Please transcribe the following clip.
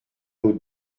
aux